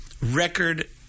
record